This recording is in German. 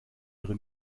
ihre